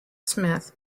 smith